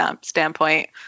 standpoint